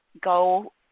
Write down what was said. go